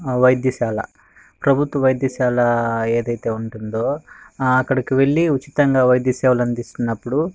వైద్యశాల ప్రభుత్వ వైద్యశాల ఏదైతే ఉంటుందో అక్కడికి వెళ్లి ఉచితంగా వైద్య సేవలు అందిస్తున్నప్పుడు